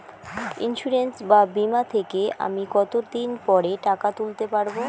Insurance বা বিমা থেকে আমি কত দিন পরে টাকা তুলতে পারব?